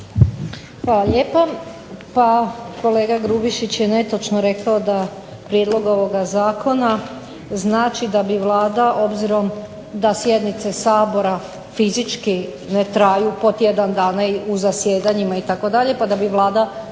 Ana (HDZ)** Pa kolega Grubišić je netočno rekao da prijedlog ovoga zakona znači da bi Vlada obzirom da sjednice Sabora fizički ne traju po tjedan dana u zasjedanjima itd., pa da bi Vlada